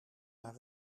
naar